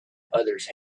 others